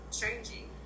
changing